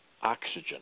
oxygen